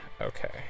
Okay